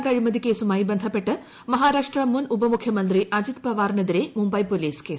സഹകരണ ബാങ്ക് അഴിമതി കേസുമായി ബന്ധപ്പെട്ട് മഹാരാഷ്ട്ര ന് മുൻ ഉപമുഖ്യമന്ത്രി അജിത് പവാറിനെതിരെ മുംബൈ പോലീസ് കേസെടുത്തു